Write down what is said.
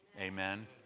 Amen